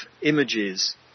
images